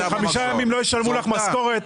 שחמישה ימים לא ישלמו לך משכורת,